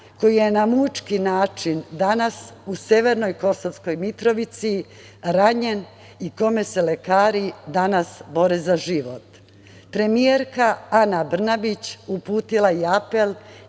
koji je na mučki način danas u severnoj Kosovskoj Mitrovici ranjen i kome se lekari danas bore za život. Premijerka Ana Brnabić uputila je apel